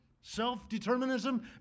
self-determinism